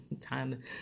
Time